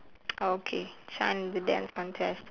oh okay shine in the dance contest